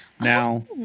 Now